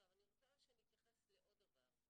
אני רוצה שנתייחס לעוד דבר,